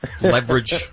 leverage